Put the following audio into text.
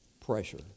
pressure